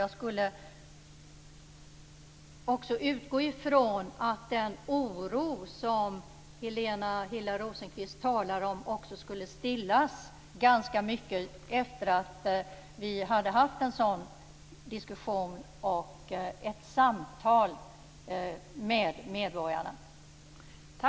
Jag utgår från att den oro som Helena Hillar Rosenqvist talar om ganska mycket skulle stillas efter att ha haft en diskussion och ett samtal med medborgarna.